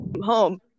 home